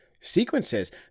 sequences